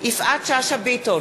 יפעת שאשא ביטון,